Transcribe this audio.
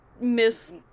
miss